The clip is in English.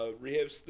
rehab